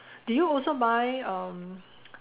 do you also buy um